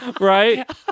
right